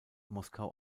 moskau